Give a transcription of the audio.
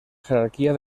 jerarquía